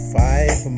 five